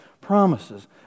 promises